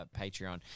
Patreon